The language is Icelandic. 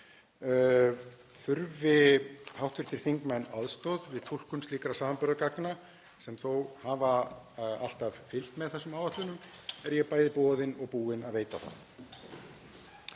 Þurfi hv. þingmenn aðstoð við túlkun slíkra samanburðargagna, sem þó hafa alltaf fylgt með þessum áætlunum, er ég bæði boðinn og búinn að veita það.